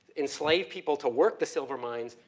enslave people to work the silver mines,